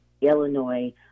Illinois